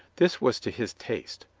this was to his taste.